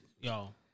Y'all